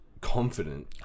confident